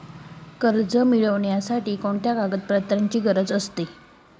कर्ज मिळविण्यासाठी कोणत्या कागदपत्रांची गरज असते?